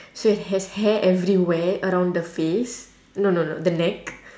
so it has hair everywhere around the face no no no the neck